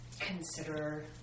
consider